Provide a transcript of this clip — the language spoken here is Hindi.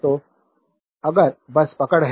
तो अगर बस पकड़ है